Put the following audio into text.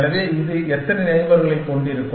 எனவே இது எத்தனை நெய்பர்களைக் கொண்டிருக்கும்